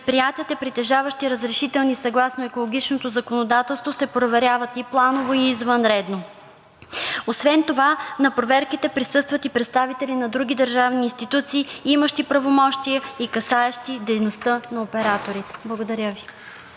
предприятията, притежаващи разрешителни съгласно екологичното законодателство, се проверяват и планово, и извънредно. Освен това на проверките присъстват и представители на други държавни институции, имащи правомощия и касаещи дейността на операторите. Благодаря Ви.